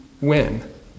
win